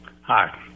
Hi